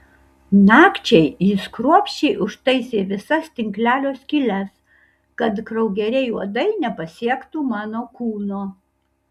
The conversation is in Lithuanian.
nakčiai jis kruopščiai užtaisė visas tinklelio skyles kad kraugeriai uodai nepasiektų mano kūno